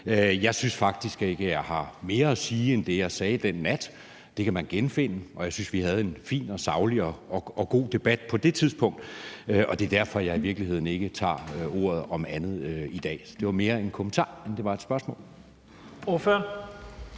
Jeg synes faktisk ikke, jeg har mere at sige end det, jeg sagde den nat – det kan man genfinde – og jeg synes, vi havde en fin og saglig og god debat på det tidspunkt. Det er i virkeligheden derfor, jeg ikke tager ordet om andet i dag. Så det var mere en kommentar, end det var et spørgsmål.